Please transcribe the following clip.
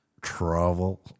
travel